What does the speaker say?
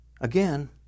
again